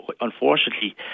unfortunately